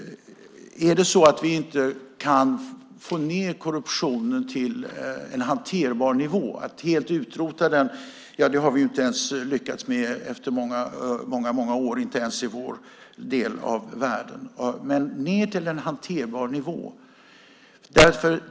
Vi måste försöka få ned korruptionen till en hanterbar nivå. Att helt utrota den har vi inte ens lyckats med i vår del av världen efter många år.